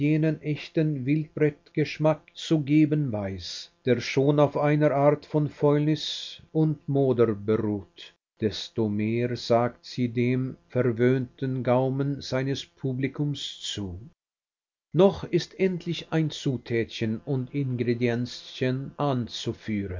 jenen echten wildbretgeschmack zu geben weiß der schon auf einer art von fäulnis und moder beruht desto mehr sagt sie dem verwöhnten gaumen seines publikums zu noch ist endlich ein zutätchen und ingredienzchen anzuführen